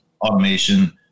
automation